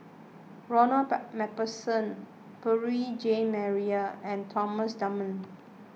Ronald MacPherson Beurel Jean Marie and Thomas Dunman